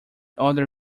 other